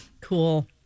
Cool